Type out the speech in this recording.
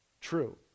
True